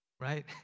right